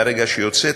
מהרגע שהיא יוצאת,